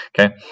okay